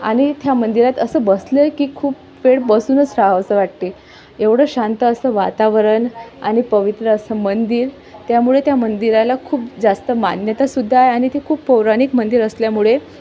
आणि त्या मंदिरात असं बसलं की खूप वेळ बसूनच राहावसं वाटते एवढं शांत असं वातावरण आणि पवित्र असं मंदिर त्यामुळे त्या मंदिराला खूप जास्त मान्यता सुद्धा आहे आणि ते खूप पौराणिक मंदिर असल्यामुळे